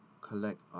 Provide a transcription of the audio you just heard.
collect